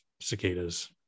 cicadas